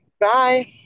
Bye